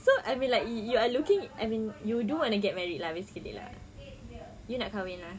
so I mean like you you are looking I mean you do want to get married lah basically you nak kahwin ah